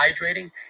hydrating